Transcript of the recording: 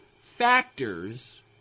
factors